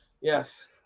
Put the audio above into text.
yes